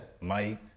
Mike